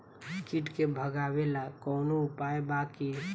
कीट के भगावेला कवनो उपाय बा की?